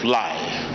life